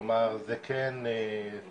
כלומר, זאת כן תופעה